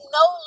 no